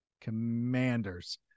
Commanders